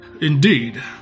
Indeed